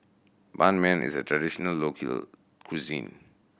Ban Mian is a traditional local cuisine